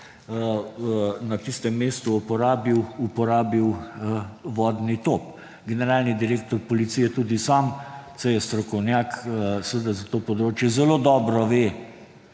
na tistem mestu uporabil vodni top. Generalni direktor policije tudi sam, saj je strokovnjak za to področje, zelo dobro ve,